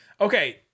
Okay